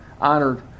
honored